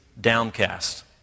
downcast